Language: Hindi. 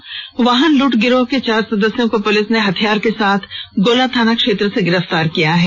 इस वाहन लूट गिरोह के चार सदस्यों को पुलिस ने हथियार के साथ गोला थाना क्षेत्र से गिरफ्तार किया है